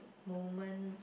moment